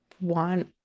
want